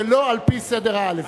שלא על-פי סדר האל"ף-בי"ת.